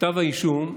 כתב האישום,